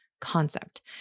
concept